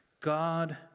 God